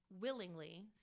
willingly